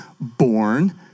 born